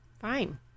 Fine